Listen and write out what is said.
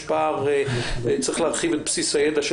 יש פער וצריך להרחיב את בסיס הידע של